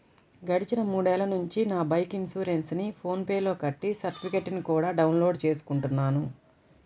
గడిచిన మూడేళ్ళ నుంచి నా బైకు ఇన్సురెన్సుని ఫోన్ పే లో కట్టి సర్టిఫికెట్టుని కూడా డౌన్ లోడు చేసుకుంటున్నాను